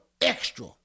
extra